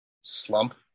slump